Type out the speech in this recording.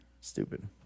Stupid